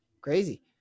Crazy